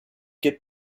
get